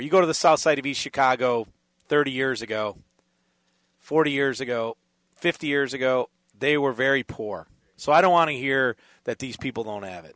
you go to the south side to be chicago thirty years ago forty years ago fifty years ago they were very poor so i don't want to hear that these people don't add it